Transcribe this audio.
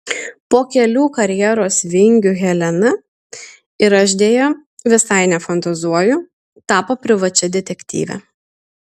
po kelių karjeros vingių helena ir aš deja visai nefantazuoju tapo privačia detektyve